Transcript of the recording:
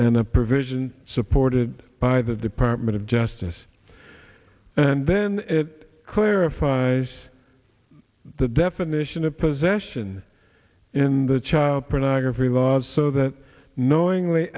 a provision supported by the department of justice and then it clarifies the definition of possession in the child pornography laws so that knowingly